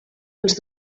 els